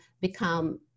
become